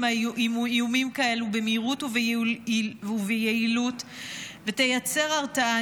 איומים כאלה במהירות וביעילות ותייצר הרתעה.